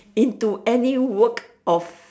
into any work of